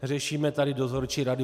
Řešíme tady dozorčí rady.